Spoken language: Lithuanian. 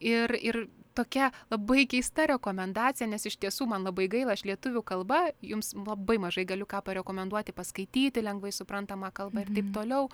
ir ir tokia labai keista rekomendacija nes iš tiesų man labai gaila aš lietuvių kalba jums labai mažai galiu ką parekomenduoti paskaityti lengvai suprantama kalba ir taip toliau